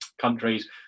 countries